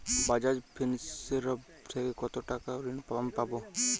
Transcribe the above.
বাজাজ ফিন্সেরভ থেকে কতো টাকা ঋণ আমি পাবো?